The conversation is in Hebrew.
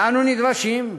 ואנו נדרשים,